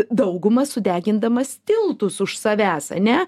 dauguma sudegindamas tiltus už savęs ane